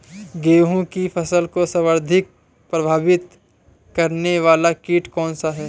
गेहूँ की फसल को सर्वाधिक प्रभावित करने वाला कीट कौनसा है?